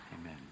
Amen